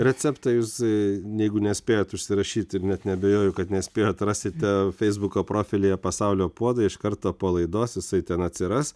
recepto jūs jeigu nespėjot užsirašyti ir net neabejoju kad nespėjot rasite feisbuko profilyje pasaulio puodai iš karto po laidos jisai ten atsiras